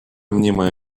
мнимая